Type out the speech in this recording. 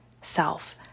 self